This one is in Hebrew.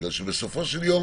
כי בסופו של יום